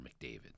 McDavid